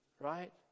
Right